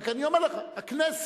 רק אני אומר לך, הכנסת,